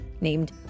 named